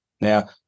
Now